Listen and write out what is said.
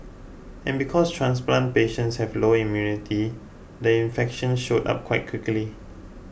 and because transplant patients have lower immunity the infection showed up quite quickly